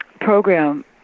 program